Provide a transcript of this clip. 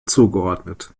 zugeordnet